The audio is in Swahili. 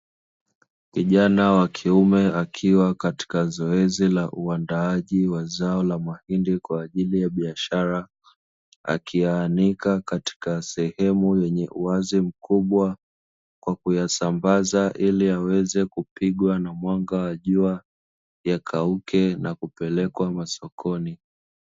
Kijana wa kiume akiwa katika zoezi la uandaaji wa zao la mahindi kwa ajili ya biashara, akiya anika katika sehemu yenye uwazi mkubwa, kwa kuya sambaza ili yaweze kupigwa na mwanga wa jua ya kauke na kupelekwa masokoni.